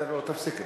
תפסיקו.